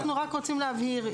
אנחנו רק רוצים להבהיר,